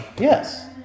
Yes